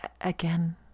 again